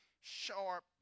sharp